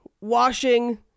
washing